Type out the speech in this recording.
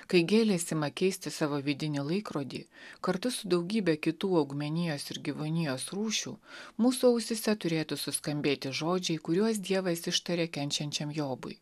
kai gėlės ima keisti savo vidinį laikrodį kartu su daugybe kitų augmenijos ir gyvūnijos rūšių mūsų ausyse turėtų suskambėti žodžiai kuriuos dievas ištarė kenčiančiam jobui